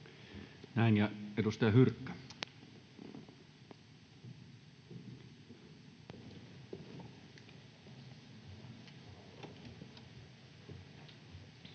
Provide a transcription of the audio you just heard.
Näin. — Ja edustaja Hyrkkö.